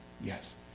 Yes